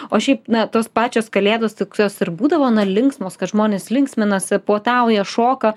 o šiaip na tos pačios kalėdos tokios ir būdavo na linksmos kad žmonės linksminasi puotauja šoka